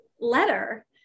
letter